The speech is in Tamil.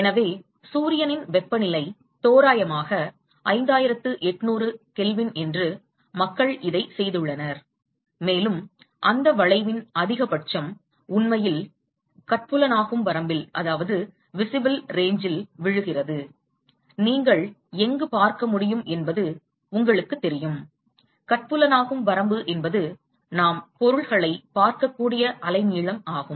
எனவே சூரியனின் வெப்பநிலை தோராயமாக 5800K என்று மக்கள் இதைச் செய்துள்ளனர் மேலும் அந்த வளைவின் அதிகபட்சம் உண்மையில் கட்புலனாகும் வரம்பில் விழுகிறது நீங்கள் எங்கு பார்க்க முடியும் என்பது உங்களுக்குத் தெரியும் கட்புலனாகும் வரம்பு என்பது நாம் பொருட்களை பார்க்கக்கூடிய அலைநீளம் ஆகும்